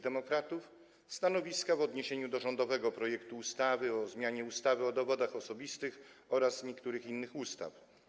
Demokratów stanowiska wobec rządowego projektu ustawy o zmianie ustawy o dowodach osobistych oraz niektórych innych ustaw.